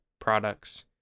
products